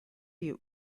you